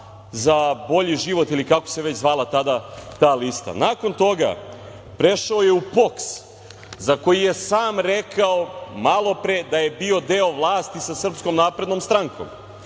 za bolji život, ili kako se već zvala tada ta lista. Nakon toga, prešao je u POKS, za koji je sam rekao malopre da je bio deo vlasti sa SNS. Dakle, opet